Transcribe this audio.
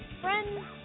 friends